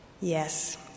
Yes